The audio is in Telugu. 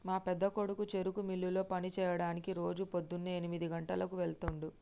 మా పెద్దకొడుకు చెరుకు మిల్లులో పని సెయ్యడానికి రోజు పోద్దున్నే ఎనిమిది గంటలకు వెళ్తుండు